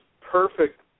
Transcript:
perfect